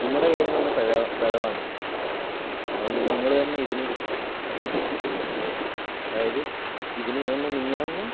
നിങ്ങളുടെ കയ്യിൽ നിന്ന് പിഴ പിഴവാണിത് അതുകൊണ്ട് നിങ്ങള് തന്നെ ഇതിന് ചെയ്യണം അതായത് ഇതിന് എന്നെ നിങ്ങള് തന്നെ